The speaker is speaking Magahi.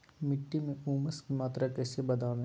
मिट्टी में ऊमस की मात्रा कैसे बदाबे?